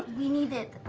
we need it.